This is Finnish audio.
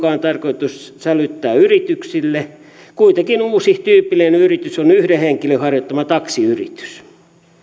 esityksen mukaan tarkoitus sälyttää yrityksille kuitenkin uusi tyypillinen yritys on yhden henkilön harjoittama taksiyritys